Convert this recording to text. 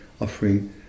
offering